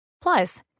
Plus